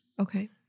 Okay